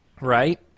Right